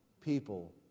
People